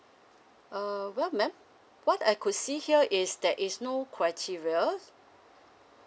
uh what man what I could see here is there is no criteria